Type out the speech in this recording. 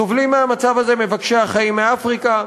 סובלים מהמצב הזה מבקשי החיים מאפריקה,